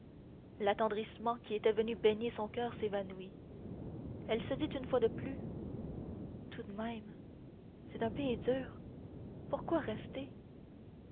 qui était venu baigner son coeur s'évanouit elle se dit une fois de plus tout de même c'est un pays dur icitte pourquoi rester